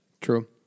True